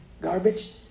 garbage